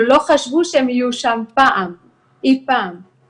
ולא חשבו שהם יהיו שם אי פעם.